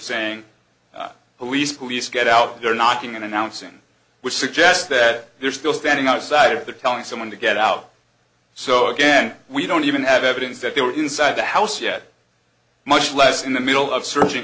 saying police police get out there knocking on announcing which suggests that they're still standing outside of they're telling someone to get out so again we don't even have evidence that they were inside that house yet much less in the middle of searching